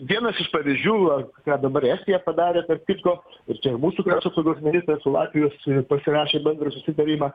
vienas iš pavyzdžių va ką dabar estija padarė tarp kitko ir čia ir mūsų krašto apsaugos ministras su latvijos užsieniu pasirašėm bendrą sutarimą